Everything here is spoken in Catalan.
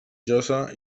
josa